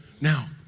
now